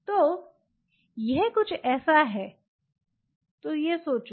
तो यह कुछ ऐसा है तो यह सोचो